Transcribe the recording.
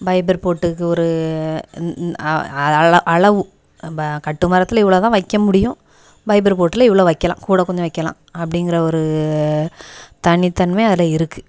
fibre போட்டுக்கு ஒரு அளவு இப்போ கட்டுமரத்தில் இவ்வளோ தான் வைக்க முடியும் பைபரு போட்டில் இவ்வளோ வைக்கலாம் கூட கொஞ்சம் வைக்கலாம் அப்படிங்கிற ஒரு தனித்தன்மை அதில் இருக்குது